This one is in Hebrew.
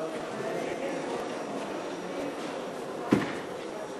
חוק התקשורת (בזק ושידורים) (תיקון מס' 58),